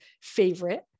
favorite